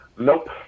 Nope